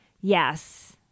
Yes